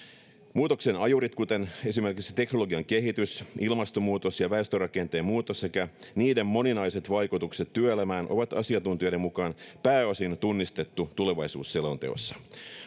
muutoksen ajurit kuten esimerkiksi teknologian kehitys ilmastonmuutos ja väestörakenteen muutos sekä niiden moninaiset vaikutukset työelämään on asiantuntijoiden mukaan pääosin tunnistettu tulevaisuusselonteossa